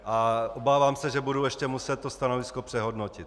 A obávám se, že budu ještě muset to stanovisko přehodnotit.